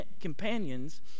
companions